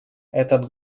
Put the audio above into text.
этот